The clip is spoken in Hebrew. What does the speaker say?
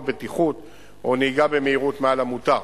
בטיחות או נהיגה במהירות מעל למותר.